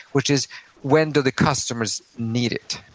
which is when do the customers need it.